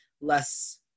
less